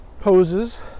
poses